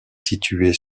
située